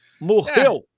Morreu